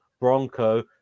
Bronco